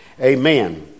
amen